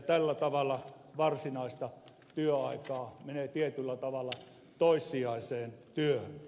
tällä tavalla varsinaista työaikaa menee tietyllä tavalla toissijaiseen työhön